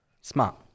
Smart